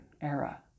era